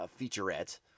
featurette